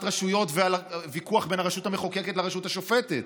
רשויות ועל הוויכוח בין הרשות המחוקקת לרשות השופטת,